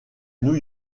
new